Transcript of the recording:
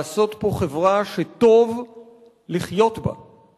לעשות פה חברה שטוב לחיות בה.